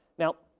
now,